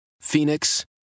Phoenix